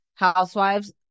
housewives